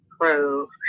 prove